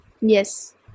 Yes